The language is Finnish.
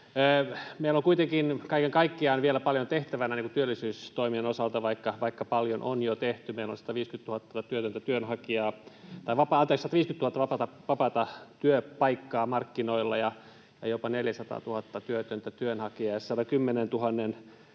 Meillä on kuitenkin kaiken kaikkiaan vielä paljon tehtävänä työllisyystoimien osalta, vaikka paljon on jo tehty. Meillä on 50 000 vapaata työpaikkaa markkinoilla, jopa 400 000 työtöntä työnhakijaa